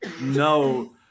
no